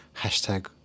hashtag